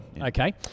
okay